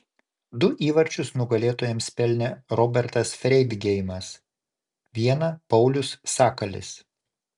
du įvarčius nugalėtojams pelnė robertas freidgeimas vieną paulius sakalis